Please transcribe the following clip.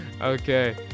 okay